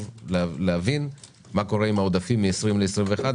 להבין מה קורה עם העודפים מ-20' ל-21',